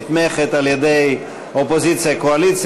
נתמכת על-ידי אופוזיציה-קואליציה,